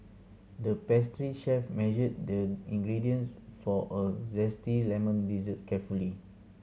the pastry chef measured the ingredients for a zesty lemon dessert carefully